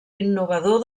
innovador